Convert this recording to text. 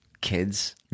kids